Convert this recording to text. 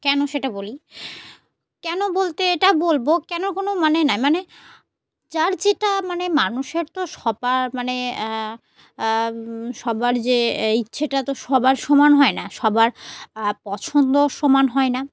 কেন সেটা বলি কেন বলতে এটা বলব কেনর কোনো মানে নেই মানে যার যেটা মানে মানুষের তো সবার মানে সবার যে ইচ্ছেটা তো সবার সমান হয় না সবার পছন্দও সমান হয় না